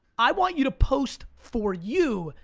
i want you to post for you,